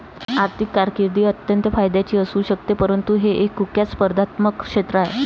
आर्थिक कारकीर्द अत्यंत फायद्याची असू शकते परंतु हे एक कुख्यात स्पर्धात्मक क्षेत्र आहे